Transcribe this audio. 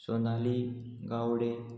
Sonali Gawade